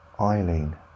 Eileen